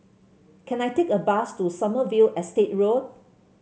can I take a bus to Sommerville Estate Road